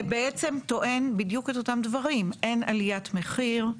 שבעצם טוען בדיוק את אותם דברים: אין עליית מחיר,